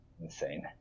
insane